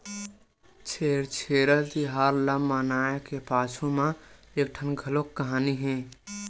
छेरछेरा तिहार ल मनाए के पाछू म एकठन घलोक कहानी हे